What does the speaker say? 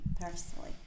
personally